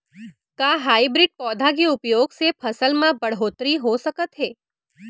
का हाइब्रिड पौधा के उपयोग से फसल म बढ़होत्तरी हो सकत हे?